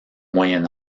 moyen